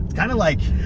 kinda like,